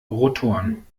rotoren